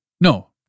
No